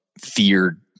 feared